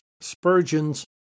Spurgeon's